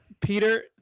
Peter